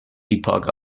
epoch